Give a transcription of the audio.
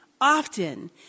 often